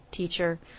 teacher.